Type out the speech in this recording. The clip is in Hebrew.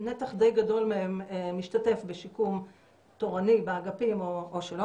נתח די גדול מהאסירים היהודים משתתף בשיקום תורני או שלא